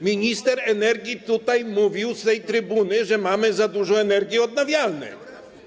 Minister energii mówił z tej trybuny, że mamy za dużo energii odnawialnej.